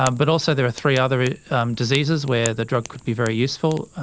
ah but also there are three other diseases where the drug could be very useful.